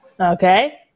Okay